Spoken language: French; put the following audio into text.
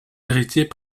héritiers